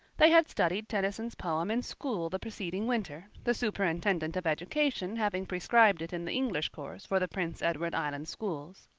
they had studied tennyson's poem in school the preceding winter, the superintendent of education having prescribed it in the english course for the prince edward island schools.